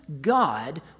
God